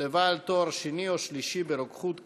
לבעל תואר שני או שלישי ברוקחות קלינית),